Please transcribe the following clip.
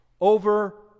over